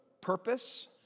purpose